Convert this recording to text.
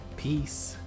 Peace